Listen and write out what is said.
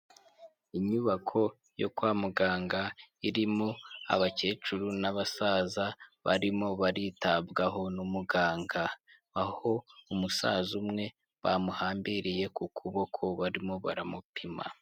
Inyubako yo kwa muganga irimo abakecuru n'abasaza barimo baritabwaho n'umuganga aho umusaza umwe bamuhambiriye ku kuboko barimo baramupima.